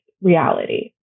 reality